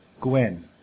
Gwen